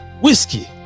whiskey